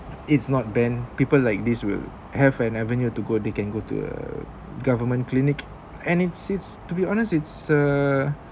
it's not banned people like this will have an avenue to go they can go to uh government clinic and it's it's to be honest it's uh